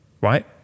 right